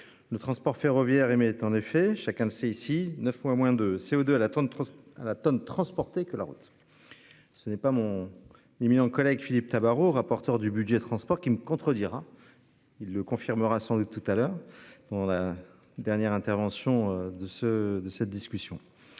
Le transport ferroviaire mais est en effet chacun le sait ici 9 fois moins de CO2 à l'attendre à la tonne transportée, que la route. Ce n'est pas mon éminent collègue Philippe Tabarot rapporteur du budget transport qui me contredira. Il le confirmera sans doute tout à l'heure bon la dernière intervention de ce, de cette discussion.